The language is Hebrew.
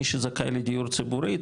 מי שזכאי לדיור ציבורי,